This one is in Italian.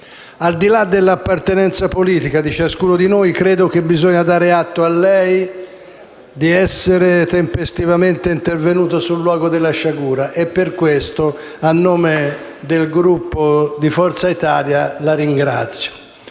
Al di là dell'appartenenza politica di ciascuno di noi, credo che bisogna dare atto a lei di essere tempestivamente intervenuto sul luogo della sciagura e per questo, a nome del Gruppo di Forza Italia, la ringrazio.